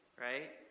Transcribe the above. right